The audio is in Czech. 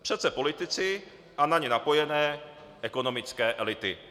Přece politici a na ně napojené ekonomické elity.